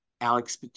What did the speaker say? Alex